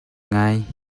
ngai